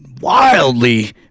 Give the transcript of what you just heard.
wildly